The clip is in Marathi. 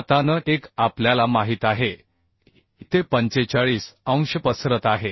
आता n1 आपल्याला माहित आहे की ते 45 अंश पसरत आहे